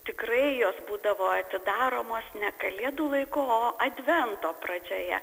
tikrai jos būdavo atidaromos ne kalėdų laiku o advento pradžioje